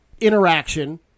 interaction